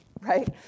right